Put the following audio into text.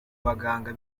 baganga